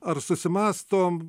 ar susimąstom